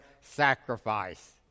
sacrifice